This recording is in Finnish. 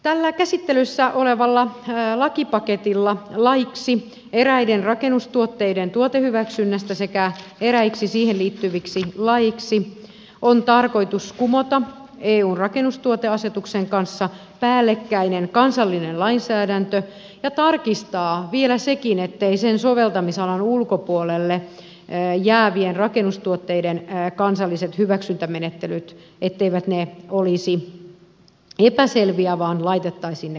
tällä käsittelyssä olevalla lakipaketilla laiksi eräiden rakennustuotteiden tuotehyväksynnästä sekä eräiksi siihen liittyviksi laeiksi on tarkoitus kumota eun rakennustuoteasetuksen kanssa päällekkäinen kansallinen lainsäädäntö ja tarkistaa vielä sekin etteivät sen soveltamisalan ulkopuolelle jäävien rakennustuotteiden kansalliset hyväksyntämenettelyt olisi epäselviä vaan laitettaisiin ne kuntoon